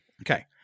Okay